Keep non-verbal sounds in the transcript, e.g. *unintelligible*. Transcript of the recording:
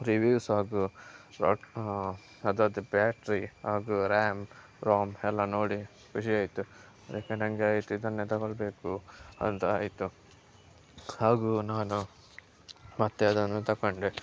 reviews ಹಾಗು *unintelligible* ಅದ್ರದ್ದು battery ಹಾಗು ರ್ಯಾಮ್ ರೋಮ್ ಎಲ್ಲ ನೋಡಿ ಖುಷಿ ಆಯಿತು ಅದಕ್ಕೆ ನನಗೆ ಆಯಿತು ಇದನ್ನೆ ತಗೊಳ್ಳಬೇಕು ಅಂತ ಆಯಿತು ಹಾಗು ನಾನು ಮತ್ತೆ ಅದನ್ನು ತಗೊಂಡೆ